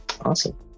Awesome